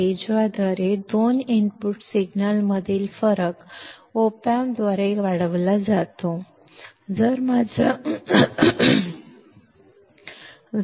ಇದು ಎರಡು ಇನ್ಪುಟ್ ಸಿಗ್ನಲ್ಗಳ ನಡುವಿನ ವ್ಯತ್ಯಾಸವನ್ನು ಒಪಾಮ್ಪ್ನಿಂದ ಆಂಪ್ಲಿಫೈಡ್ ಮಾಡುವ ಒಂದು ಅಂಶವಾಗಿದೆ